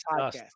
podcast